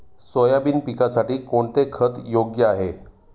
Soybean पिकासाठी कोणते खत योग्य आहे?